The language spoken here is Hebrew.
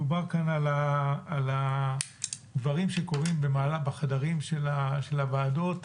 דובר כאן על הדברים שקורים בחדרים של הוועדות.